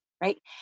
right